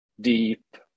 deep